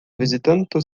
vizitanto